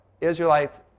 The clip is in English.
Israelites